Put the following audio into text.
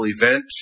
event